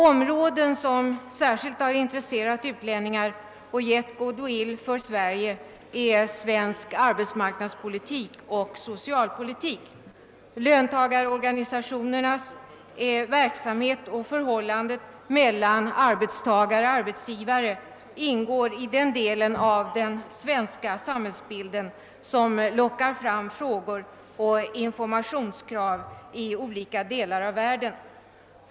Områden som särskilt har intresserat utlänningar och gett goodwill för Sverige är svensk arbetsmarknadspolitik och socialpolitik. Löntagarorganisationernas verksamhet och förhållandet mellan arbetstagare och arbetsgivare ingår i den del av den svenska samhällsbilden som lockar fram frågor och informationskrav i olika delar av världen.